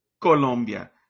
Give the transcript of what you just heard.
Colombia